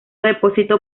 depósito